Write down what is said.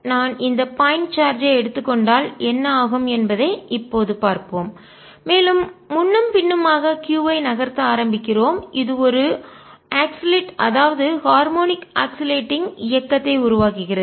நான் இந்த point charge ஐ எடுத்துக் கொண்டால் என்ன ஆகும் என்பதை இப்போது பார்ப்போம் மேலும் முன்னும் பின்னுமாக q ஐ நகர்த்த ஆரம்பிக்கிறோம் இது ஒரு ஆக்சிலேட் ஊசலாடும் அதாவது ஹார்மோனிக் அக்சிலேடிங் ஊசலாடும் இயக்கத்தை உருவாக்குகிறது